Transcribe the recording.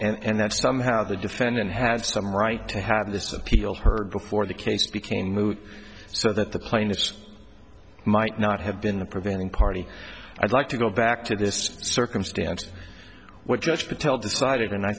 law and that somehow the defendant had some right to have this appeal heard before the case became moot so that the plaintiffs might not have been the prevailing party i'd like to go back to this circumstance what judge patel decided and i